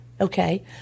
Okay